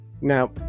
Now